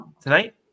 tonight